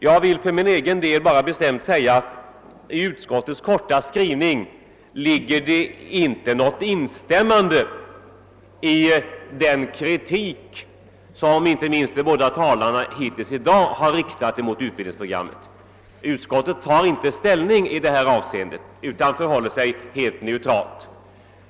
Jag vill endast bestämt hävda att det i utskottets korta skrivning inte ligger något instämmande i den kritik som inte minst de båda talarna hittills i dag har riktat mot utbildningsprogrammet. Utskottet tar inte ställning i detta avseende utan förhåller sig som sagt helt neutralt.